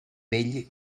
vell